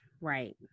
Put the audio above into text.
right